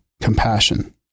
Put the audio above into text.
compassion